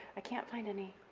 i can't find any.